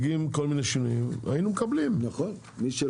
שלי, נכון?